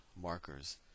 markers